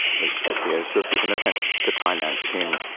which appears to have given offence to thailand's king.